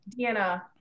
Deanna